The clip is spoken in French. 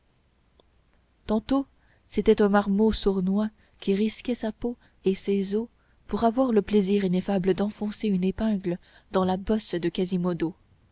tantôt c'était un marmot sournois qui risquait sa peau et ses os pour avoir le plaisir ineffable d'enfoncer une épingle dans la bosse de quasimodo